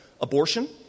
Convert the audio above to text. abortion